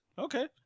Okay